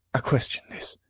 a question this